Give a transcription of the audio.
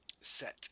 set